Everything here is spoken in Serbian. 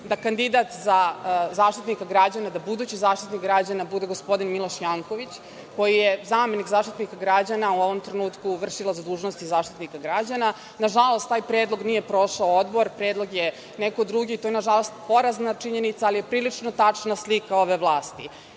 da kandidat za Zaštitnika građana, da budući Zaštitnik građana bude gospodin Miloš Janković, koji je zamenik Zaštitnika građana, a u ovom trenutku vršilac dužnosti Zaštitnika građana. Nažalost, taj predlog nije prošao Odbor. To je porazna činjenica, ali je prilično tačna slika ove